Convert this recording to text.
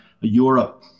Europe